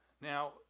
Now